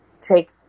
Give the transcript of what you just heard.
take